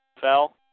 fell